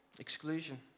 exclusion